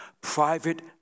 private